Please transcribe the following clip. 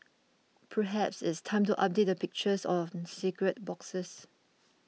perhaps it's time to update the pictures on cigarette boxes